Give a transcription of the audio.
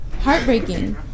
heartbreaking